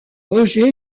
roger